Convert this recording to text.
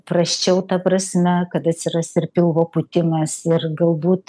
prasčiau ta prasme kad atsiras ir pilvo pūtimas ir galbūt